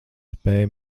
spēj